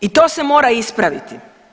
I to se mora ispraviti.